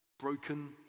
broken